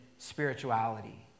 spirituality